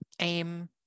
AIM